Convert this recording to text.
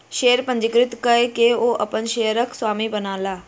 share पंजीकृत कय के ओ अपन शेयरक स्वामी बनला